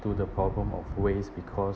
to the problem of waste because